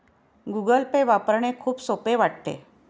Google Pay वापरणे खूप सोपे वाटते